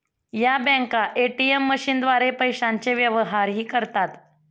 या बँका ए.टी.एम मशीनद्वारे पैशांचे व्यवहारही करतात